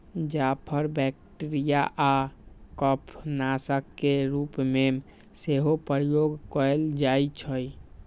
जाफर bacteria आऽ कफ नाशक के रूप में सेहो प्रयोग कएल जाइ छइ